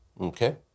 Okay